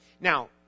now